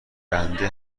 بنده